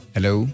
Hello